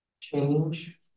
change